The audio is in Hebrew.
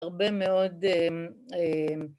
‫הרבה מאוד...